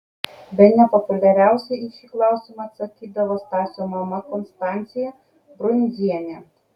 bene populiariausiai į šį klausimą atsakydavo stasio mama konstancija brundzienė